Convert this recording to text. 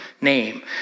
name